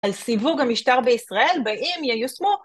על סיווג המשטר בישראל, באם ייושמו.